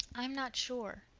i'm not sure.